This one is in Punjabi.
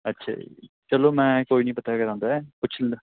ਅੱਛਾ ਜੀ ਚੱਲੋ ਮੈਂ ਕੋਈ ਨਹੀਂ ਪਤਾ ਕਰਾਉਂਦਾ ਪੁੱਛ